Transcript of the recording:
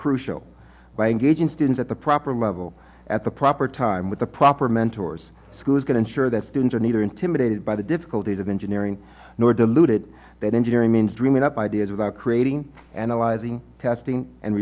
crucial by engaging students at the proper level at the proper time with the proper mentors schools going to sure that students are neither intimidated by the difficulties of engineering nor deluded that engineering means dreaming up ideas about creating analyzing testing and